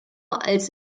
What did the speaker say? als